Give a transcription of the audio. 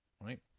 right